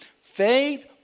Faith